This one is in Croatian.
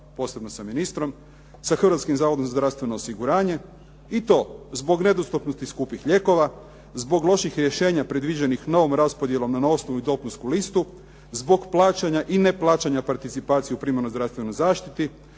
posebno sa ministrom, sa Hrvatskim zavodom za zdravstveno osiguranje i to zbog nedostupnosti skupih lijekova, zbog loših rješenja predviđenih novom raspodjelom na osnovnu dopunsku listu zbog plaćanja i neplaćanja participacije u primarnoj zdravstvenoj zaštiti,